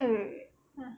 wait wait wait ah